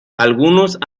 algunos